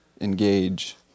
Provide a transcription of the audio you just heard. engage